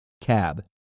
CAB